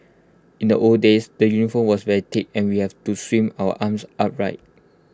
in the old days the uniform was very thick and we had to swing our arms upright